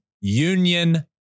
Union